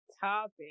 topic